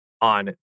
on